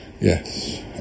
yes